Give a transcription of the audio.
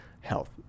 health